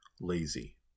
lazy